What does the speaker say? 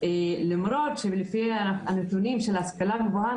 למרות שלפי נתוני ההשכלה הגבוהה,